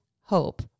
Hope